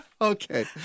Okay